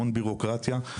המון בירוקרטיה,